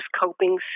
coping